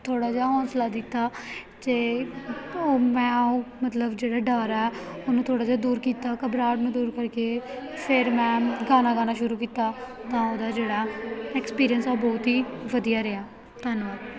ਥੋੜ੍ਹਾ ਜਿਹਾ ਹੌਂਸਲਾ ਦਿੱਤਾ ਅਤੇ ਮੈਂ ਮਤਲਬ ਜਿਹੜਾ ਡਰ ਹੈ ਉਹਨੂੰ ਥੋੜ੍ਹਾ ਜਿਹਾ ਦੂਰ ਕੀਤਾ ਘਬਰਾਹਟ ਨੂੰ ਦੂਰ ਕਰਕੇ ਫਿਰ ਮੈ ਗਾਣਾ ਗਾਉਣਾ ਸ਼ੁਰੂ ਕੀਤਾ ਤਾਂ ਉਹਦਾ ਜਿਹੜਾ ਐਕਸਪੀਰੀਅੰਸ ਆ ਉਹ ਬਹੁਤ ਹੀ ਵਧੀਆ ਰਿਹਾ ਧੰਨਵਾਦ